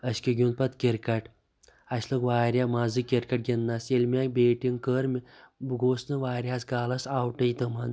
اَسہِ کیٛاہ گِیُنٛد پَتہٕ کِرکَٹ اَسہِ لوٚگ واریاہ مَزٕ کِرکَٹ گِنٛدٕنَس ییٚلہِ مےٚ بِیٹِنٛگ کٔر بہٕ گووُس نہٕ واریاہَس کالَس اَوٹُے تِمَن